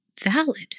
valid